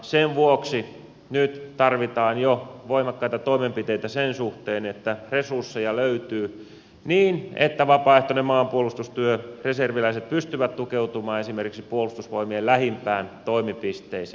sen vuoksi nyt tarvitaan jo voimakkaita toimenpiteitä sen suhteen että resursseja löytyy niin että vapaaehtoinen maanpuolustustyö reserviläiset pystyvät tukeutumaan esimerkiksi puolustusvoimien lähimpään toimipisteeseen